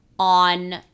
on